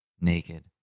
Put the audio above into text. Naked